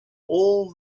all